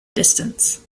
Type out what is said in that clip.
distance